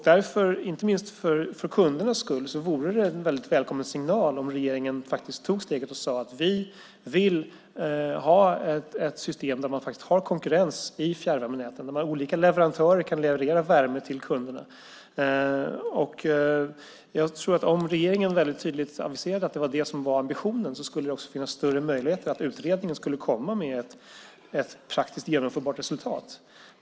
Därför, inte minst för kundernas skull, vore det en väldigt välkommen signal om regeringen tog steget och sade: Vi vill ha ett system där man har konkurrens i fjärrvärmenäten, där olika leverantörer kan leverera värme till kunderna! Om regeringen väldigt tydligt aviserade att det var det som var ambitionen tror jag också att det skulle finnas större möjligheter till att utredningen skulle komma med ett praktiskt genomförbart resultat.